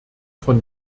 von